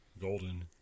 golden